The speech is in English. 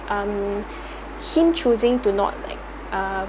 um choosing to not like um